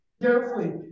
carefully